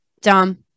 Dumb